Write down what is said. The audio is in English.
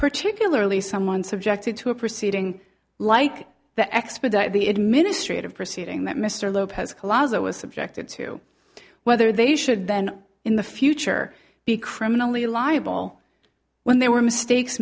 particularly someone subjected to a proceeding like the expedite the administrative proceeding that mr lopez colossal was subjected to whether they should then in the future be criminally liable when there were mistakes